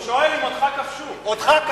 הוא שואל אם אותך כבשו.